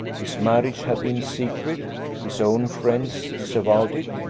his marriage had been secret his own friends disavowed it,